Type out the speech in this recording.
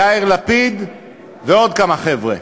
יאיר לפיד ועוד כמה חבר'ה.